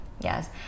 yes